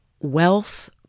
wealth